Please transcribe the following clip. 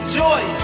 joy